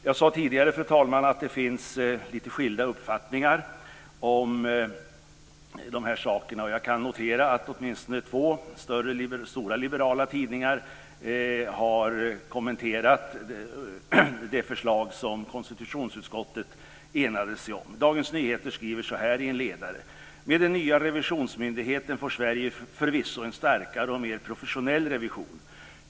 Jag sade tidigare, fru talman, att det finns litet skilda uppfattningar om de här sakerna. Jag kan notera att åtminstone två stora liberala tidningar har kommenterat det förslag som konstitutionsutskottet enade sig om. Dagens Nyheter skriver: "Med den nya revisionsmyndigheten får Sverige förvisso en starkare och mer professionell revision.